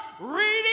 reading